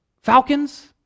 falcons